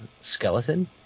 skeleton